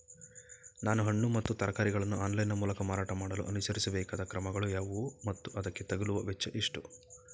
ನಾನು ಹಣ್ಣು ಮತ್ತು ತರಕಾರಿಗಳನ್ನು ಆನ್ಲೈನ ಮೂಲಕ ಮಾರಾಟ ಮಾಡಲು ಅನುಸರಿಸಬೇಕಾದ ಕ್ರಮಗಳು ಯಾವುವು ಮತ್ತು ಅದಕ್ಕೆ ತಗಲುವ ವೆಚ್ಚ ಎಷ್ಟು?